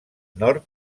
nord